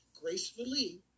gracefully